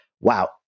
wow